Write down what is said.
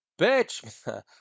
bitch